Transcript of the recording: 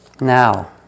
Now